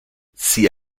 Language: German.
sie